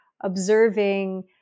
observing